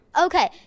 Okay